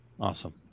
awesome